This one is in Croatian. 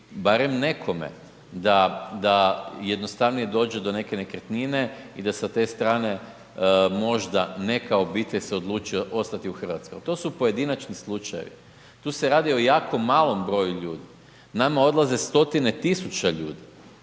barem nekome da jednostavnije dođe do neke nekretnine i da sa te strane možda neka obitelj se odluči ostati u Hrvatskoj. To su pojedinačni slučajevi. Tu se radi o jako malom broju ljudi. Nama odlaze stotine tisuća ljudi.